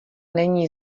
není